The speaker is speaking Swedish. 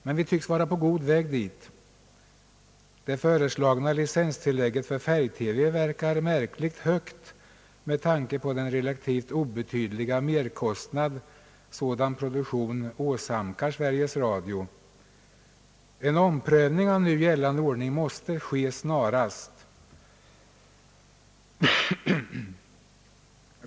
Men vi tycks vara på god väg dit — det föreslagna licenstilllägget för färg-TV förefaller märkligt högt med tanke på den relativt obetyd liga merkostnad. som en sådan produktion åsamkar Sveriges Radio. En omprövning av nu gällande ordning måste ske snarast.